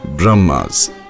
Brahmas